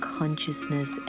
consciousness